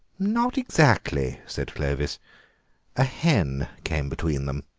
not exactly, said clovis a hen came between them.